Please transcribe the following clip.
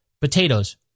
potatoes